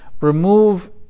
Remove